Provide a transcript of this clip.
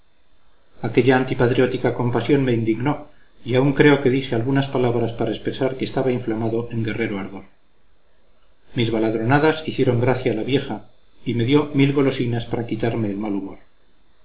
aquella antipatriótica compasión me indignó y aun creo que dije algunas palabras para expresar que estaba inflamado en guerrero ardor mis baladronadas hicieron gracia a la vieja y me dio mil golosinas para quitarme el mal humor